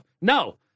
no